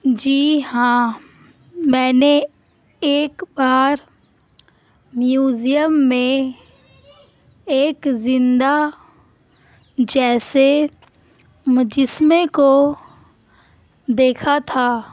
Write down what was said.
جی ہاں میں نے ایک بار میوزیم میں ایک زندہ جیسے مجسمے کو دیکھا تھا